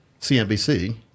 CNBC